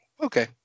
Okay